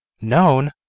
Known